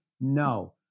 No